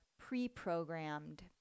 pre-programmed